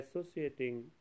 associating